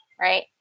right